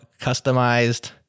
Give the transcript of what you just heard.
customized